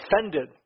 offended